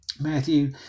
Matthew